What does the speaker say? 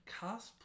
cosplay